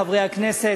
חברי הכנסת,